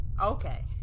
Okay